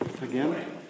Again